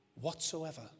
whatsoever